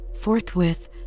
Forthwith